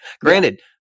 Granted